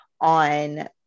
on